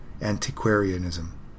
antiquarianism